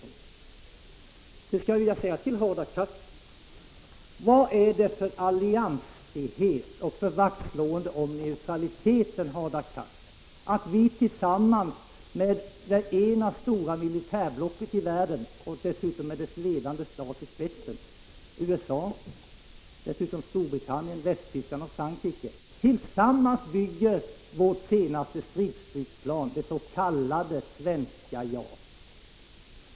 Sedan skulle jag vilja säga till Hadar Cars: Vad är det för alliansfrihet och för vaktslående om neutraliteten, att vi tillsammans med det ena stora militärblocket i världen — med dess ledande stat USA i spetsen och dessutom med Storbritannien, Västtyskland och Frankrike — bygger vårt senaste stridsflygplan, det s.k. svenska JAS?